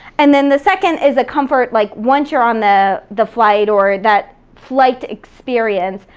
and then the second is a comfort. like once you're on the the flight or that flight experience,